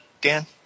Dan